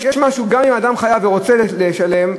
גם אם אדם חייב ורוצה לשלם,